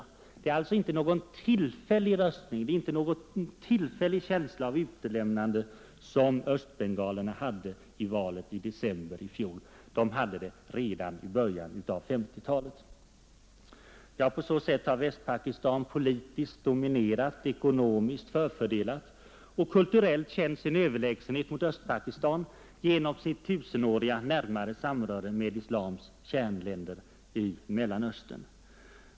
Valresultatet berodde alltså inte på någon tillfällig röstning, inte på någon tillfällig känsla av utlämnande som östbengalerna hade i valet i december i fjol; de hade den känslan redan i början av 1950-talet. Ja, på så sätt har Västpakistan politiskt dominerat, ekonomiskt förfördelat, och kulturellt känt sin överlägsenhet mot Östpakistan genom sitt tusenåriga närmare samröre med islams kärnländer i Mellanöstern.